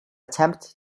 attempt